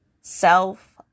Self